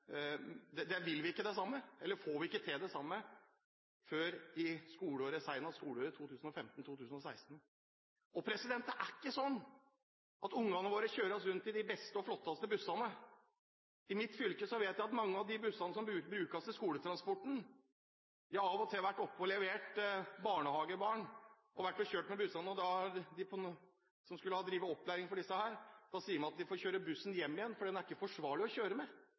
ungene våre vil vi altså ikke, eller får vi ikke til det samme, før senest skoleåret 2015/2016. Det er heller ikke sånn at ungene våre kjøres rundt i de beste og flotteste bussene. I mitt fylke kjenner jeg til mange av de bussene som brukes til skoletransporten. Jeg har av og til vært oppe og levert barnehagebarn og kjørt med bussene. Da har de som skulle ha drevet opplæring, sagt at de må kjøre bussen hjem igjen, for den er ikke forsvarlig å kjøre med.